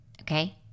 Okay